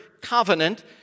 covenant